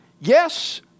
Yes